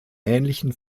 ähnlichen